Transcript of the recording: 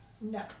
No